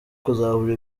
kuzahura